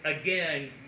again